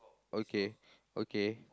okay